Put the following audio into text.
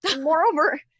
Moreover